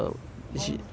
华文是什么